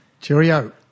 Cheerio